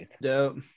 Dope